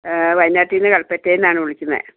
വയനാട്ടിൽ കല്പറ്റയിൽ നിന്നാണ് വിളിക്കുന്നത്